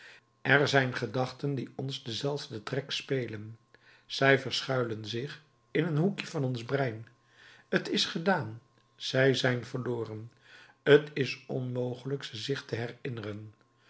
er zijn gedachten die ons denzelfden trek spelen zij verschuilen zich in een hoekje van ons brein t is gedaan zij zijn verloren t is onmogelijk ze zich te herinneren